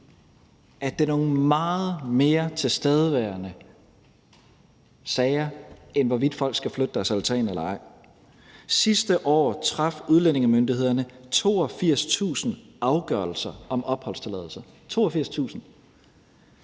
at det er nogle meget mere tilstedeværende sager, end hvorvidt folk skal flytte deres altan eller ej. Sidste år traf udlændingemyndighederne 82.000 afgørelser om opholdstilladelse – 82.000.